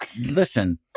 Listen